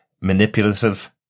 manipulative